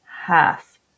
half